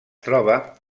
troba